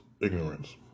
ignorance